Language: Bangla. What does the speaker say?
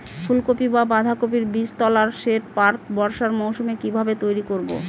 ফুলকপি বা বাঁধাকপির বীজতলার সেট প্রাক বর্ষার মৌসুমে কিভাবে তৈরি করব?